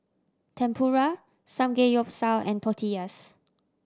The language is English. Tempura Samgeyopsal and Tortillas